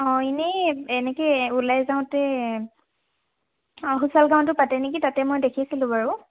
অঁ এনেই এনেকে ওলাই যাওঁতে অঁ সুচালগাঁৱতো পাতে নেকি তাতে মই দেখিছিলোঁ বাৰু